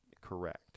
correct